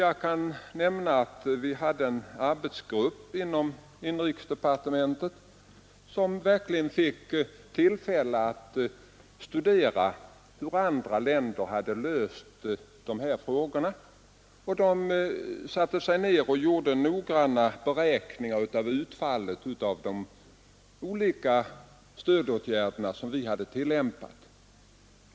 Vi har haft en arbetsgrupp inom inrikesdepartementet, som verkligen fått tillfälle att studera hur andra länder löst dessa frågor. De satte sig ned och gjorde noggranna beräkningar av utfallet av de olika stödåtgärder som man på olika håll tillämpat.